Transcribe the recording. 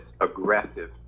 aggressive